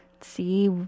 see